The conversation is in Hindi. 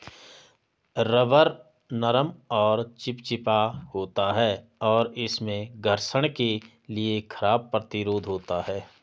रबर नरम और चिपचिपा होता है, और इसमें घर्षण के लिए खराब प्रतिरोध होता है